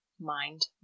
mind